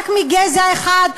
רק מגזע אחד,